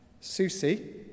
Susie